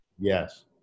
yes